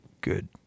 good